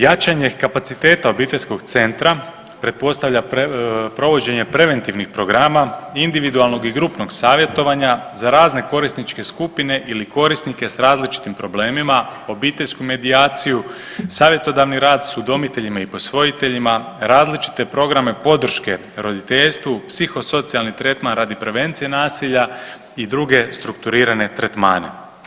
Jačanje kapaciteta obiteljskog centra pretpostavlja provođenje preventivnih programa, individualnog i grupnog savjetovanja za razne korisničke skupine ili korisnike s različitim problemima, obiteljsku medijaciju, savjetodavni rad s udomiteljima i posvojiteljima, različite programe podrške roditeljstvu, psihosocijalni tretman radi prevencije nasilja i druge strukturirane tretmane.